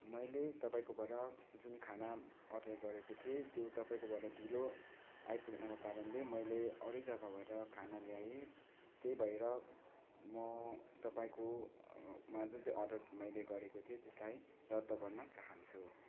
मैले तपाईँकोबाट जुन खाना अर्डर गरेको थिएँ त्यो तपाईँकोबाट ढिलो आइपुग्नको कारणले अरू नै जग्गाबाट खाना ल्याएँ त्यही भएर म तपाईँकोमा जुन चाहिँ अर्डर मैले गरेको थिएँ त्यसलाई रद्द गर्न चाहन्छु